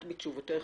את בתשובתך,